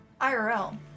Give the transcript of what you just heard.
IRL